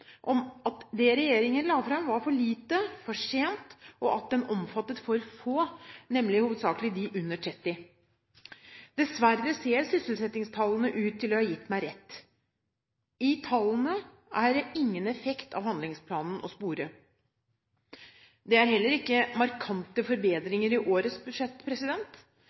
om at det regjeringen la fram, var for lite, for sent og at planen omfattet for få, nemlig hovedsakelig de under 30. Dessverre ser sysselsettingstallene ut til å ha gitt meg rett. I tallene er det ingen effekt å spore av handlingsplanen. Det er heller ikke markante forbedringer i årets budsjett.